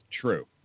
true